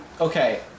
okay